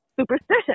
superstition